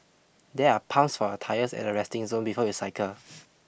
there are pumps for your tyres at the resting zone before you cycle